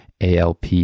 ALP